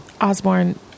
Osborne